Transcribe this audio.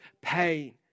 pain